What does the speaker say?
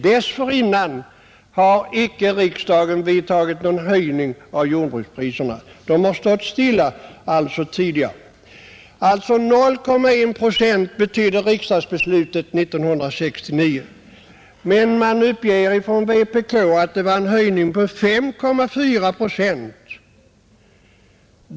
Dessförinnan hade riksdagen icke vidtagit någon höjning av jordbrukspriserna. De hade stått stilla tidigare. Riksdagsbeslutet 1969 betydde alltså 0,1 procent. Men från vpk uppger man att det var en höjning med 5,4 procent.